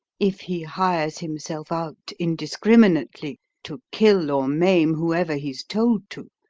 if he hires himself out indiscriminately to kill or maim whoever he's told to,